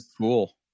cool